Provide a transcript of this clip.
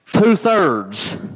two-thirds